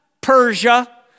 Persia